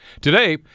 Today